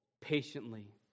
patiently